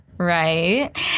right